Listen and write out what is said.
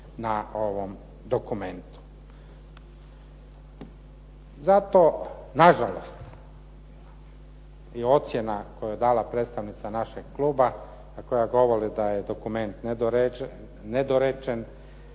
na ovom dokumentu. Zato nažalost i ocjena koju je dala predstavnica našeg kluba i koja govori da je dokument nedorečen,